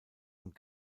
und